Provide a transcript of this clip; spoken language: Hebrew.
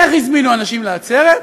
איך הזמינו אנשים לעצרת?